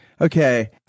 okay